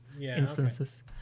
instances